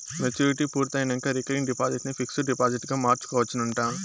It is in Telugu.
మెచ్యూరిటీ పూర్తయినంక రికరింగ్ డిపాజిట్ ని పిక్సుడు డిపాజిట్గ మార్చుకోవచ్చునంట